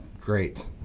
Great